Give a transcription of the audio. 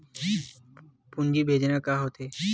पूंजी भेजना का होथे?